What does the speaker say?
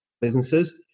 businesses